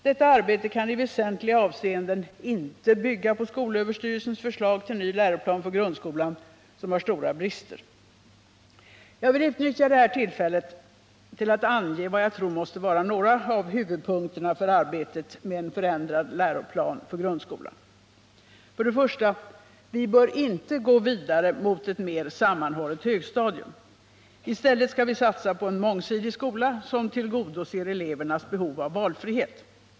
Detta arbete kan i väsentliga avseenden inte bygga på skolöverstyrelsens förslag till ny läroplan för grundskolan som har stora brister. Jag vill utnyttja detta tillfälle till att ange vad jag tror måste vara några av huvudpunkterna för arbetet med en förändrad läroplan för grundskolan. För det första bör vi inte gå vidare mot ett mer sammanhållet högstadium. I stället skall vi satsa på en mångsidig skola, som tillgodoser elevernas behov av valfrihet.